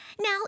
Now